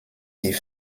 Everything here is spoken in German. die